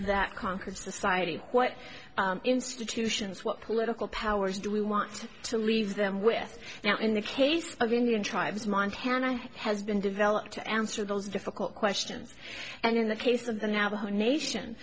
that conquered society what institutions what political powers do we want to leave them with now in the case of indian tribes montana has been developed to answer those difficult questions and in the case of the navajo nation